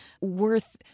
worth